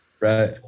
Right